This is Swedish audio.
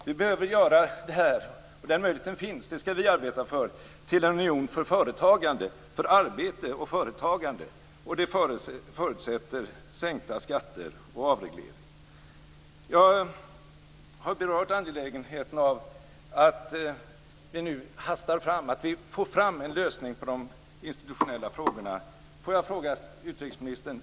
Vi behöver göra det här - och den möjligheten finns, det skall vi arbeta för - till en union för arbete och företagande, och det förutsätter sänkta skatter och avreglering. Jag har berört angelägenheten av att vi nu hastar fram, att vi får fram en lösning i fråga om de institutionella aspekterna.